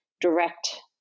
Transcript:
direct